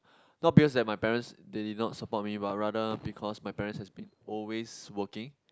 not because that my parents they did not support me but rather because my parents has been always working